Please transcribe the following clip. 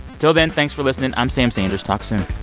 till then, thanks for listening. i'm sam sanders. talk soon